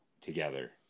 together